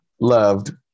Loved